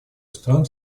стран